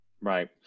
Right